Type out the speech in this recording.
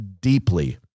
deeply